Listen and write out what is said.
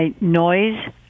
Noise